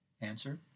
Answer